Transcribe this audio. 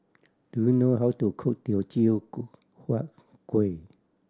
do you know how to cook teochew huat kuih